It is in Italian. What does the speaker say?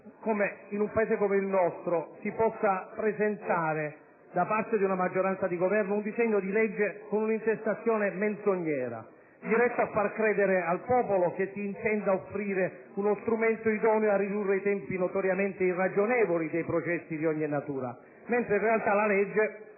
che in un Paese come il nostro si possa presentare da parte di una maggioranza di Governo un disegno di legge con un'intestazione menzognera, diretta a far credere al popolo che si intenda offrire uno strumento idoneo a ridurre i tempi notoriamente "irragionevoli" dei processi di ogni natura, mentre in realtà la legge,